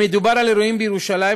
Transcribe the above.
אם מדובר על אירועים בירושלים,